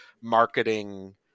marketing